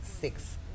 six